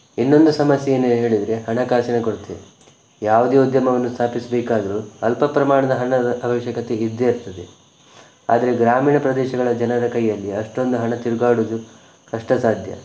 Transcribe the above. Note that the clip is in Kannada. ಇನ್ನೊಂದು ಸಮಸ್ಯೆ ಏನು ಹೇಳಿದರೆ ಹಣಕಾಸಿನ ಕೊರತೆ ಯಾವುದೇ ಉದ್ಯಮವನ್ನು ಸ್ಥಾಪಿಸಬೇಕಾದರೂ ಅಲ್ಪ ಪ್ರಮಾಣದ ಹಣದ ಅವಶ್ಯಕತೆ ಇದ್ದೇ ಇರ್ತದೆ ಆದರೆ ಗ್ರಾಮೀಣ ಪ್ರದೇಶಗಳ ಜನರ ಕೈಯಲ್ಲಿ ಅಷ್ಟೊಂದು ಹಣ ತಿರ್ಗಾಡುವುದು ಕಷ್ಟ ಸಾಧ್ಯ